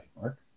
Mark